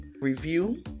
review